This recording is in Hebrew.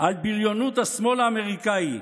על בריונות השמאל האמריקני,